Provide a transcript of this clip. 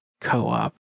co-op